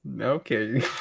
Okay